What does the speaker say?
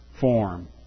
form